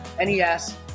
NES